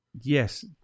Yes